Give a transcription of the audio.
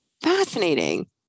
Fascinating